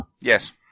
Yes